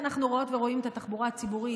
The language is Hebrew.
אנחנו רואות ורואים את התחבורה הציבורית,